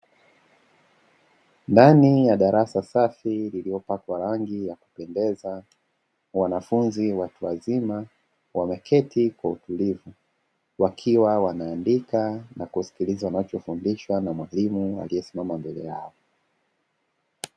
Ndani ya darasa safi, lililopakwa rangi ya kupendeza, wanafunzi watu wazima wameketi kwa utulivu, wakiwa wanaandika na kusikiliza wanachofundishwa na mwalimu aliyesimama mbele yao.